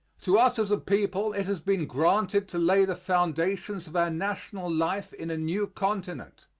to us as a people it has been granted to lay the foundations of our national life in a new continent.